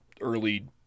early